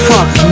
Fuck